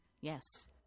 Yes